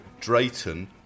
Drayton